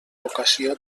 vocació